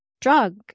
drug